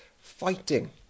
fighting